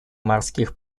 морских